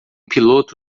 piloto